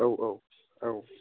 औ औ औ